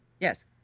Yes